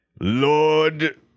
Lord